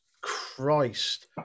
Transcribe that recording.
Christ